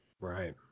Right